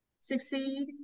succeed